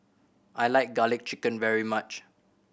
I like Garlic Chicken very much